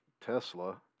Tesla